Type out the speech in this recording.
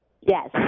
Yes